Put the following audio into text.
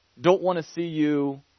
don't-want-to-see-you